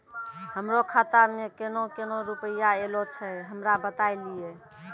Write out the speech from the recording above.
हमरो खाता मे केना केना रुपैया ऐलो छै? हमरा बताय लियै?